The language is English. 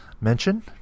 mention